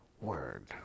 word